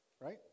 Right